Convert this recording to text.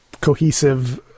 cohesive